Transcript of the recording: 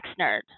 nerd